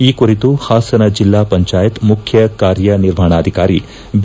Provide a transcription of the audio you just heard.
ಈ ಕುರಿತು ಹಾಸನ ಜಿಲ್ಲಾ ಪಂಚಾಯತ್ ಮುಖ್ಯ ಕಾರ್ಯನಿರ್ವಾಪಣಾಧಿಕಾರಿ ಬಿ